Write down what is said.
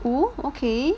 oh okay